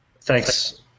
Thanks